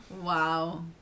Wow